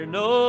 no